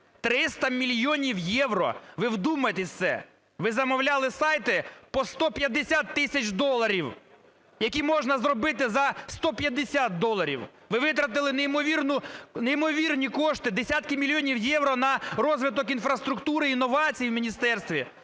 300 мільйонів євро - ви вдумайтесь в це! Ви замовляли сайти по 150 тисяч доларів, які можна зробити за 150 доларів. Ви витратили неймовірні кошти, десятки мільйонів євро на розвиток інфраструктури і інновацій в міністерстві.